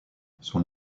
son